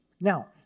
Now